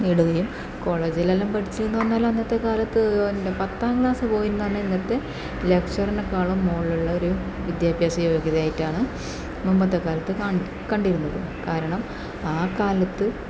നേടുകയും കോളേജിലെല്ലാം പഠിച്ചെന്ന് പറഞ്ഞാൽ അന്നത്തെ കാലത്ത് പത്താം ക്ലാസ് പോയി എന്ന് പറഞ്ഞാൽ ഇന്നത്തെ ലക്ചറിനേക്കാളും മോളിലുള്ള ഒരു വിദ്യാഭ്യാസ യോഗ്യതയായിട്ടാണ് മുൻപത്തെ കാലത്ത് കാണുന്നത് കണ്ടിരുന്നത് കാരണം ആ കാലത്ത്